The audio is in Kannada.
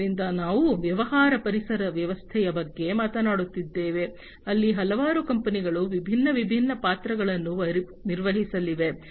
ಆದ್ದರಿಂದ ನಾವು ವ್ಯವಹಾರ ಪರಿಸರ ವ್ಯವಸ್ಥೆಯ ಬಗ್ಗೆ ಮಾತನಾಡುತ್ತಿದ್ದೇವೆ ಅಲ್ಲಿ ಹಲವಾರು ಕಂಪನಿಗಳು ವಿಭಿನ್ನ ವಿಭಿನ್ನ ಪಾತ್ರಗಳನ್ನು ನಿರ್ವಹಿಸಲಿವೆ